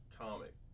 Comic